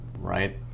Right